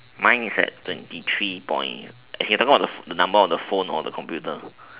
mine is at twenty three point as in you talking about the the number on the phone or the computer